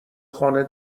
خانه